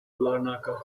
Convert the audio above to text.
larnaca